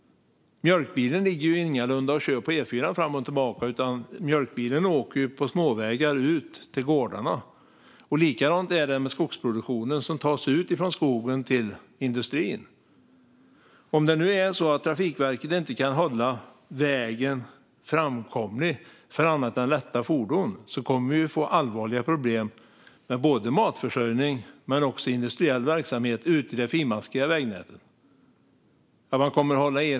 Mjölkbilen ligger ingalunda och kör på E4 fram och tillbaka, utan mjölkbilen åker på småvägar ut till gårdarna. Likadant är det med skogsproduktionen som tas ut ur skogen till industrin. Om Trafikverket inte kan hålla vägen framkomlig för annat än lätta fordon kommer det att bli allvarliga problem med matförsörjning och industriell verksamhet ute i det finmaskiga vägnätet.